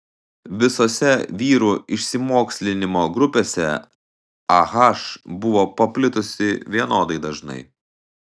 visose vyrų išsimokslinimo grupėse ah buvo paplitusi vienodai dažnai